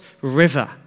river